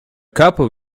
couple